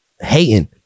hating